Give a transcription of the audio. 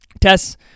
tess